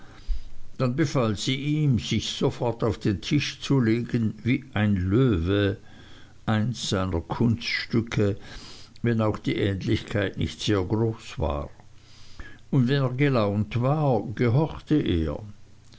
dann befahl sie ihm sich sofort auf den tisch zu legen wie ein löwe eins seiner kunststücke wenn auch die ähnlichkeit nicht sehr groß war und wenn er gelaunt war gehorchte er